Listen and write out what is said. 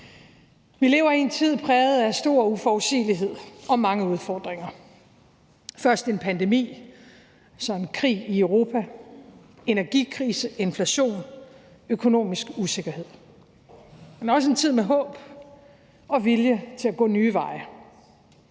Vi lever i en tid præget af stor uforudsigelighed og mange udfordringer – først en pandemi, så en krig i Europa, energikrise, inflation, økonomisk usikkerhed – men også en tid med håb og vilje til at gå nye veje.